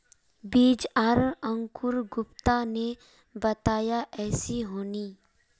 बीज आर अंकूर गुप्ता ने बताया ऐसी होनी?